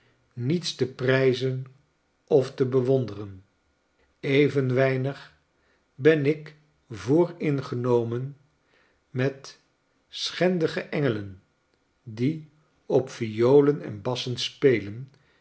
niets te prijzen of te bewonderen even weinig ben ik vooringenomenmet schendige engelen die op violen en bassen spelen